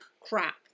crap